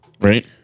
right